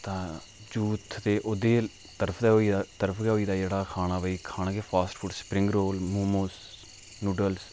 तां यूथ ते ओह्दे तरफ दा होये दा जेह्ड़ा खाना भाई कि fast food spring roll momos noodles